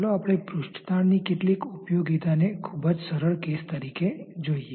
ચાલો આપણે પૃષ્ઠતાણ ની કેટલીક ઊપયોગીતા ને ખૂબ જ સરળ કેસ તરીકે જોઇએ